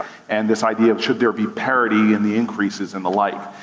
and this idea of should there be parity in the increases and the like?